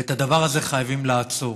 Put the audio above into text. את הדבר הזה חייבים לעצור.